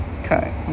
okay